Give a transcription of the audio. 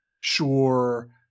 sure